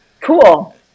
Cool